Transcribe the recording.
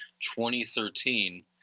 2013